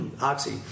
Oxy